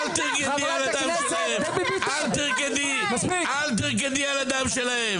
אל תרקדי על הדם שלהם, אל תרקדי על הדם שלהם.